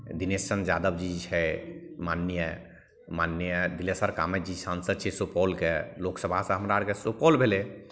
दिनेशचंद्र यादव जी छै माननीय माननीय दिलेशर कामत जी सांसद छै सुपौलके लोकसभा हमरा आओरके सुपौल भेलै